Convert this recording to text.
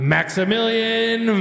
Maximilian